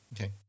Okay